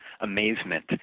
amazement